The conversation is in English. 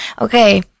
Okay